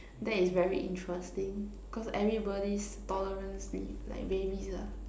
that is very interesting cause everybody's tolerance like varies lah